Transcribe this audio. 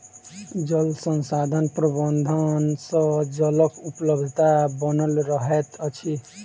जल संसाधन प्रबंधन सँ जलक उपलब्धता बनल रहैत अछि